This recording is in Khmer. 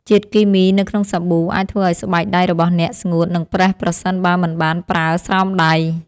ជាតិគីមីនៅក្នុងសាប៊ូអាចធ្វើឱ្យស្បែកដៃរបស់អ្នកស្ងួត និងប្រេះប្រសិនបើមិនបានប្រើស្រោមដៃ។